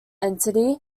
entity